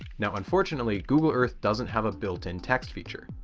now unfortunately google earth doesn't have a built-in text feature.